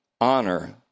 honor